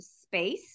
space